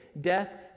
death